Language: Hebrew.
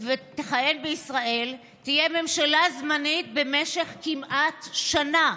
תכהן בישראל, ותהיה ממשלה זמנית במשך כמעט שנה?